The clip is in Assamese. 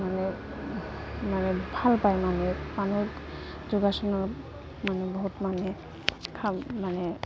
মানে মানে ভাল পায় মানে মানুহ